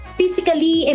physically